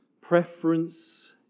preference